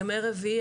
ימי רביעי,